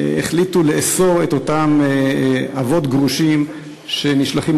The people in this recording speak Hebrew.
שהחליטו לאסור את אותם אבות גרושים שנשלחים